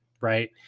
right